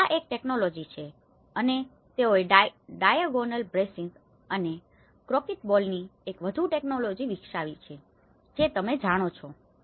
તેથી આ એક ટેકનોલોજી છે અને તેઓએ ડાયાગોનલ બ્રેસિંગ અને કોંક્રિટ બોલની એક વધુ ટેકનોલોજી વિકસાવી છે જે તમે જાણો છો